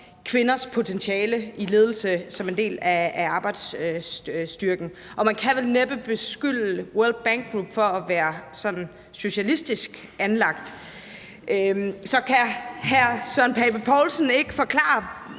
kvinders potentiale i ledelse som en del af arbejdsstyrken. Og man kan da næppe beskylde World Bank Group for at være sådan socialistisk anlagt. Kan hr. Søren Pape Poulsen ikke forklare,